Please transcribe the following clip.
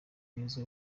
mwiza